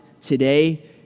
today